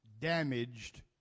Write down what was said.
Damaged